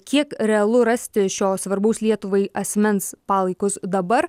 kiek realu rasti šio svarbaus lietuvai asmens palaikus dabar